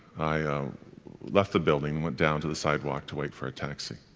i left the building, went down to the sidewalk to wait for a taxi.